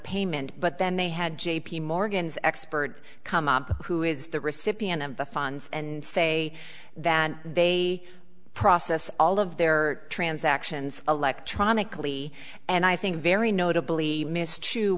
payment but then they had j p morgan's expert come up who is the recipient of the funds and say that they process all of their transactions electronically and i think very notably miss